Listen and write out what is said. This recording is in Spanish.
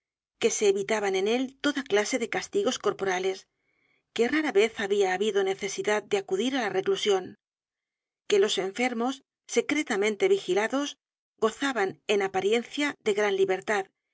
que se evitaban en él toda clase de castigos corporales que rara vez había habido necesidad de acudir á la reclusión que los enfermos secretamente vigilados gozaban en aparienciade gran libertad